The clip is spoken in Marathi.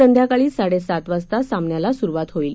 संध्याकाळी साडे सात वाजता सामन्याला सुरुवात होईल